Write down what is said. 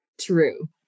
True